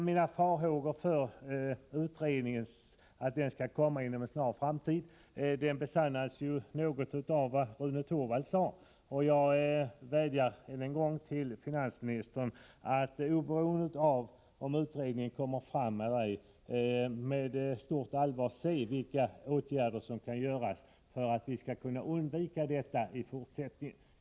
Mina farhågor för att utredningen inte skall bli klar inom en snar framtid styrktes av det som Rune Torwald sade. Jag vädjar till finansministern att, oberoende av om utredningen kommer fram eller ej, med stort allvar undersöka vilka åtgärder som kan vidtas för undvikande av att det inträffade upprepas.